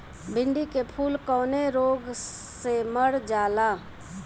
भिन्डी के फूल कौने रोग से मर जाला?